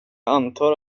antar